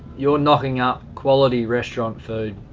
you're knocking up quality restaurant food,